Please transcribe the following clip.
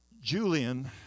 Julian